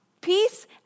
peace